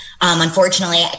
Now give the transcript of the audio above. Unfortunately